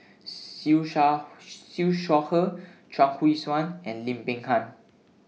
Siew Shaw Siew Shaw Her Chuang Hui Tsuan and Lim Peng Han